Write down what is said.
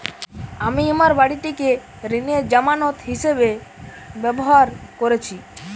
আমি আমার বাড়িটিকে ঋণের জামানত হিসাবে ব্যবহার করেছি